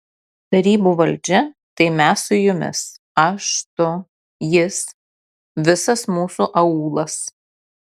tarybų valdžia tai mes su jumis aš tu jis visas mūsų aūlas